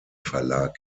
verlag